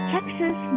Texas